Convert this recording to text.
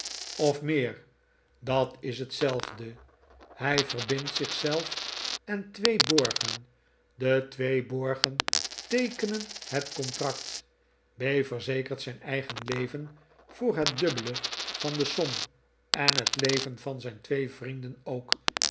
of meer dat is hetzelfde hij verbindt zich zelf en twee borgen de twee borgen teekenen het contract b verzekert zijn eigen leven voor het dubbele van de sbm en het leven van zijn twee vrienden ook